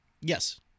Yes